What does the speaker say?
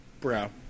Bro